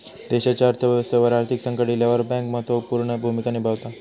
देशाच्या अर्थ व्यवस्थेवर आर्थिक संकट इल्यावर बँक महत्त्व पूर्ण भूमिका निभावता